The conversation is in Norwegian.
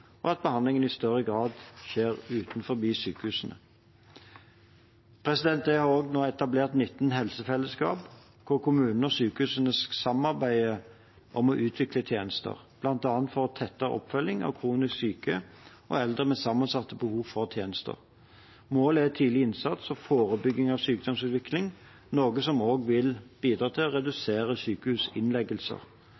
og at behandlingen i større grad skjer utenfor sykehusene. Det er nå også etablert 19 helsefelleskap, hvor kommunene og sykehusene samarbeider om å utvikle tjenester, bl.a. for tettere oppfølging av kronisk syke og eldre med sammensatte behov for tjenester. Målet er tidlig innsats og forebygging av sykdomsutvikling, noe som også vil bidra til å